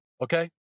Okay